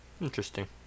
interesting